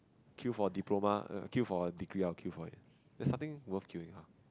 queue for diploma queue for a degree I will queue for it there is nothing worth queuing up